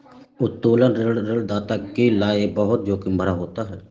उत्तोलन ऋण ऋणदाता के लये बहुत जोखिम भरा होता है